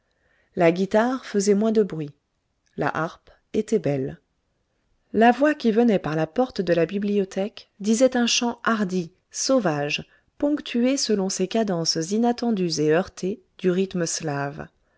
la guitare faisait moins de bruit la harpe était belle la voix qui venait par la porte de la bibliothèque disait un chant hardi sauvage ponctué selon ces cadences inattendues et heurtées du rythme slave